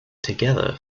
together